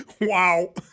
Wow